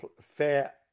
fair